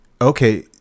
okay